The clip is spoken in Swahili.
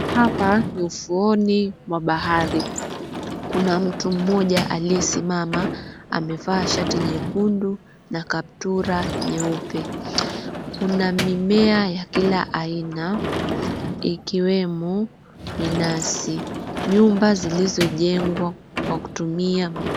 Hapa ni ufuoni mwa bahari. Kuna mtu mmoja aliyesimama amevaa shati jekundu na kaptura nyeupe. Kuna mimea ya kila aina ikiwemo minazi, nyumba zilizojengwa kwa kutumia makuti.